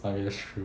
oh yeah that's true